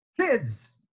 Kids